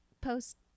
post